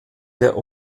der